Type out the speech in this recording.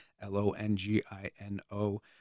l-o-n-g-i-n-o